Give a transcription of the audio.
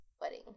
wedding